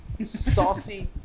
saucy